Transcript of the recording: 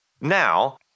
now